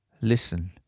Listen